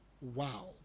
Wow